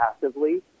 passively